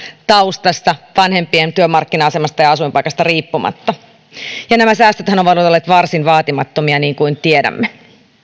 taustasta vanhempien työmarkkina asemasta ja asuinpaikasta riippumatta ja nämä säästöthän ovat olleet varsin vaatimattomia niin kuin tiedämme